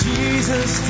Jesus